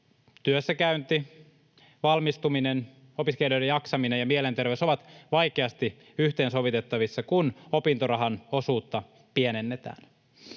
työssäkäynti, valmistuminen, opiskelijoiden jaksaminen ja mielenterveys ovat vaikeasti yhteensovitettavissa, kun opintorahan osuutta pienennetään.